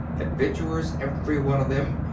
adventurers every one of them,